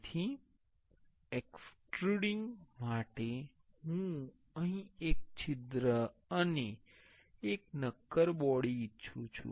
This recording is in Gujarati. તેથી એક્સ્ટ્રુડિંગ માટે હું અહીં એક છિદ્ર અને એક નક્કર બોડી ઇચ્છું છું